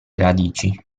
radici